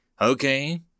Okay